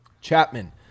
Chapman